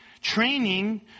training